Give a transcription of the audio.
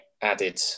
added